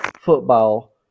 football